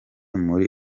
muri